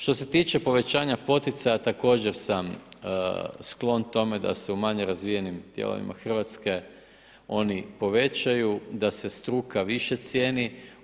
Što se tiče povećanja poticanja, također sam sklon tome, da se u manje razvijenima dijelovima Hrvatske, oni povećaju, da se struka više cijeni.